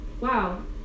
wow